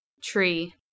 Tree